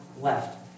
left